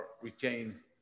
retain